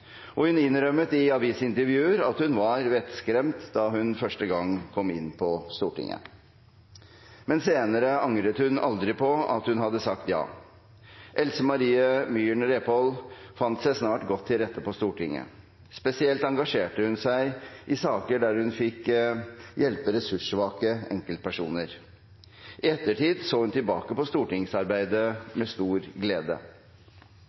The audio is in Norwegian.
Og hun innrømmet i avisintervjuer at hun var vettskremt da hun første gang kom inn på Stortinget. Men senere angret hun aldri på at hun hadde sagt ja. Else Marie Myhren Repål fant seg snart godt til rette på Stortinget. Spesielt engasjerte hun seg i saker der hun fikk hjelpe ressurssvake enkeltpersoner. I ettertid så hun tilbake på stortingsarbeidet med stor glede.